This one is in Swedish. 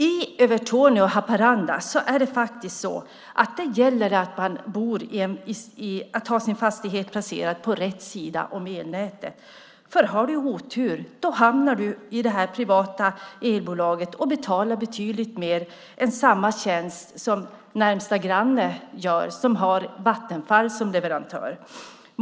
I Övertorneå och Haparanda är det faktiskt så att det gäller att ha sin fastighet placerad på rätt sida av elnätet. Har du otur hamnar du i det här privata elbolaget och betalar betydligt mer för samma tjänst än närmaste granne gör som har Vattenfall som leverantör.